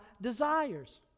desires